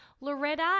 Loretta